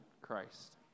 Christ